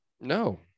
no